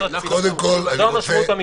זו המשמעות המשפטית.